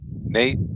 nate